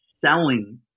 selling